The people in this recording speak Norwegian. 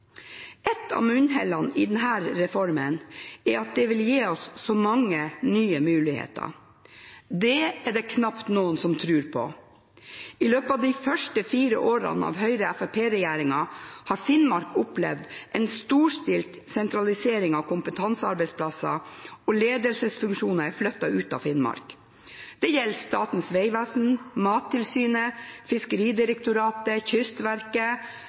av munnhellene i denne reformen er at det vil gi oss så mange nye muligheter. Det er det knapt noen som tror på. I løpet av de første fire årene med Høyre–Fremskrittsparti-regjeringen har Finnmark opplevd en storstilt sentralisering av kompetansearbeidsplasser, og ledelsesfunksjoner er flyttet ut av Finnmark. Det gjelder Statens vegvesen, Mattilsynet, Fiskeridirektoratet og Kystverket.